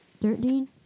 Thirteen